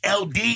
LD